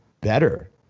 better